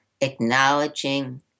acknowledging